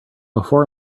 before